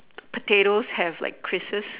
potatoes have like creases